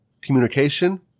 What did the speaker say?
communication